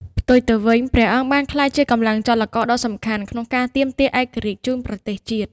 ផ្ទុយទៅវិញ ព្រះអង្គបានក្លាយជាកម្លាំងចលករដ៏សំខាន់ក្នុងការទាមទារឯករាជ្យជូនប្រទេសជាតិ។